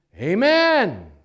Amen